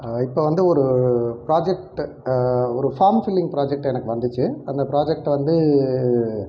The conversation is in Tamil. இப்போ வந்து ஒரு ப்ராஜெக்ட்டு ஒரு ஃபார்ம் ஃபில்லிங் ப்ராஜெக்ட் எனக்கு வந்துச்சு அந்த ப்ராஜெக்ட் வந்து